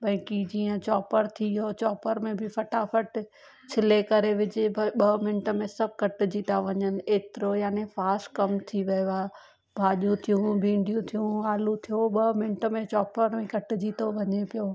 भई की जीअं चॉपर थी वियो आहे चॉपर में बि फटाफट छिले करे विझ ब ॿ मिंट में सभु कटजी था वञनि एतिरो यानि फास्ट कम थी वियो आहे भॼियूं थियूं भिंडियूं थियूं आलू थियो ॿ मिंट में चॉपर में कटजी थो वञे पियो